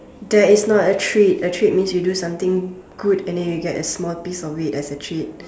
there is not a treat a treat means you do something good and then you get a small piece of it as a treat